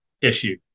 issue